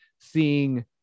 seeing